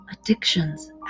addictions